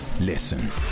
listen